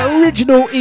original